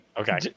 Okay